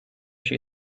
she